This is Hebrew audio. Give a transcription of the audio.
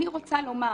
אני רוצה לומר